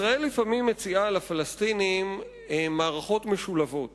ישראל, לפעמים, מציעה לפלסטינים מערכות משולבות